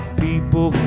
people